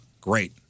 Great